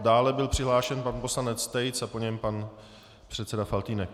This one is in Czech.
Dále byl přihlášen pan poslanec Tejc a po něm pan předseda Faltýnek.